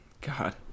God